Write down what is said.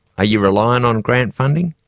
you relying on grant funding?